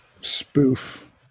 spoof